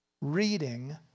reading